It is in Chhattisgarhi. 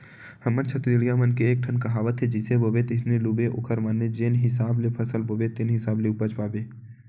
हमर छत्तीसगढ़िया मन के एकठन कहावत हे जइसे बोबे तइसने लूबे ओखर माने जेन हिसाब ले फसल बोबे तेन हिसाब ले उपज पाबे